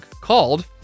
called